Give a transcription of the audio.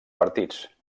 partits